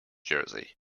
jersey